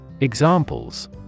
Examples